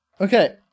okay